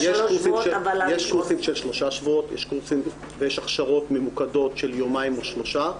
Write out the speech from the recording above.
יש קורסים של שלושה שבועות ויש הכשרות ממוקדות של יומיים או שלושה,